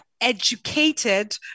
educated